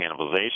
cannibalization